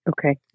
Okay